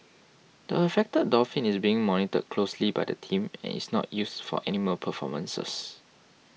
the affected dolphin is being monitored closely by the team and is not used for animal performances